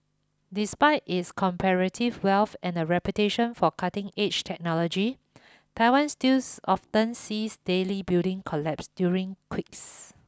despite its comparative wealth and a reputation for cutting edge technology Taiwan stills often sees deadly building collapse during quicks